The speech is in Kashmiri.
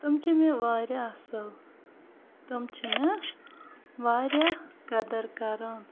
تِم چھِ مےٚ واریاہ اصل تِم چھِ مےٚ واریاہ قدر کَران